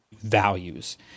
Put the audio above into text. Values